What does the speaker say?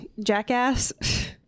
jackass